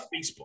Facebook